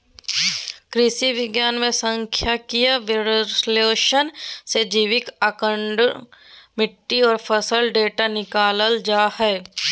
कृषि विज्ञान मे सांख्यिकीय विश्लेषण से जैविक आंकड़ा, मिट्टी आर फसल डेटा निकालल जा हय